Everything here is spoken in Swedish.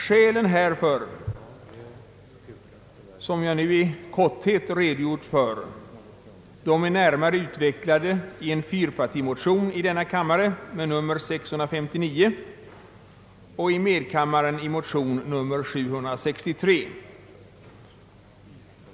Skälen härför, som jag nu i korthet redogjort för, är närmare utvecklade i en fyrpartimotion med nr 659 i denna kammare och nr 763 i medkammaren.